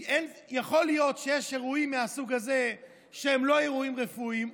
יכול להיות שיש אירועים מהסוג הזה שהם לא אירועים רפואיים,